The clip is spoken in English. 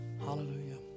Hallelujah